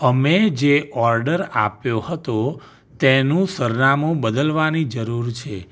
અમે જે ઑર્ડર આપ્યો હતો તેનું સરનામું બદલવાની જરૂર છે